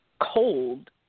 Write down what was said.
cold